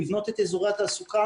לבנות את אזורי התעסוקה.